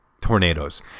Tornadoes